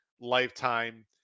lifetime